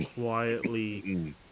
quietly